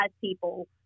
people